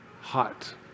hot